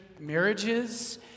marriages